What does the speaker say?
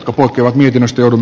hokevat henkilöstö on